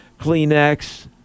Kleenex